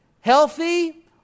Healthy